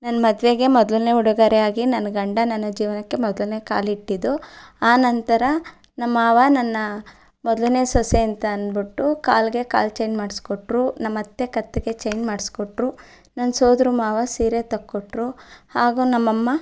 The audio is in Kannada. ನನ್ನ ಮದುವೆಗೆ ಮೊದಲನೇ ಉಡುಗೊರೆ ಆಗಿ ನನ್ನ ಗಂಡ ನನ್ನ ಜೀವನಕ್ಕೆ ಮೊದಲನೇ ಕಾಲಿಟ್ಟಿದ್ದು ಆನಂತರ ನಮ್ಮ ಮಾವ ನನ್ನ ಮೊದಲನೇ ಸೊಸೆ ಅಂತ ಅಂದ್ಬಿಟ್ಟು ಕಾಲಿಗೆ ಕಾಲು ಚೈನ್ ಮಾಡಿಸ್ಕೊಟ್ರು ನಮ್ಮತ್ತೆ ಕತ್ತಿಗೆ ಚೈನ್ ಮಾಡಿಸ್ಕೊಟ್ರು ನನ್ನ ಸೋದರಮಾವ ಸೀರೆ ತೆಗ್ಕೊಟ್ರು ಹಾಗೂ ನಮ್ಮಮ್ಮ